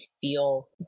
feel